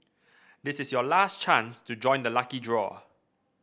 this is your last chance to join the lucky draw